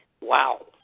Wow